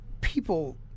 people